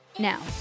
Now